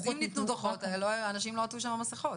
אז אם ניתנו דוחות אנשים לא עטו שם מסכות.